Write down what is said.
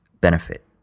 benefit